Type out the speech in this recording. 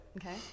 Okay